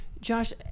Josh